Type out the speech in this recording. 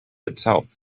itself